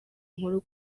inkuru